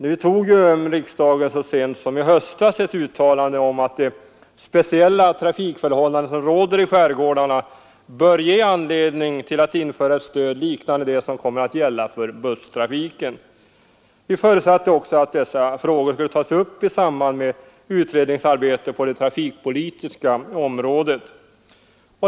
Nu tog ju riksdagen så sent som i höstas ett uttalande om att de speciella trafikförhållanden som råder i skärgårdarna bör ge anledning till att införa ett stöd liknande det som kommer att gälla för busstrafiken. Vi förutsatte också att dessa frågor skulle tas upp i samband med utredningsarbetet på det trafikpolitiska området.